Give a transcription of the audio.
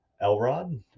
elrod